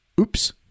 Oops